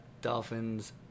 dolphins